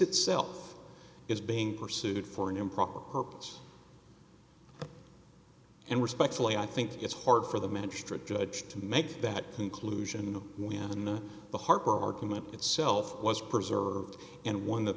itself is being pursued for an improper purpose and respectfully i think it's hard for the manager strict judge to make that conclusion when the the harper argument itself was preserved and one that